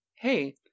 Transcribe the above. hey